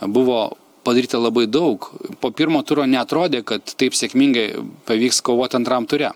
buvo padaryta labai daug po pirmo turo neatrodė kad taip sėkmingai pavyks kovot antram ture